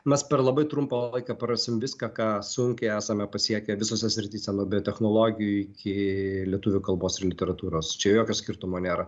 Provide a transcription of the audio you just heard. mes per labai trumpą laiką prarasim viską ką sunkiai esame pasiekę visose srityse nuo biotechnologijų iki lietuvių kalbos ir literatūros čia jokio skirtumo nėra